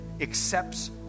accepts